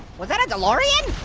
was that a delorean?